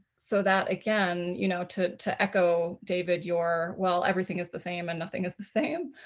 so that again you know to to echo david your, well, everything is the same and nothing is the same.